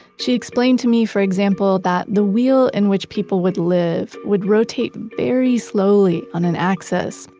she explained to me, for example, that the wheel in which people would live would rotate very slowly on an axis,